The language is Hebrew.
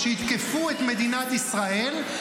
כשיתקפו את מדינת ישראל,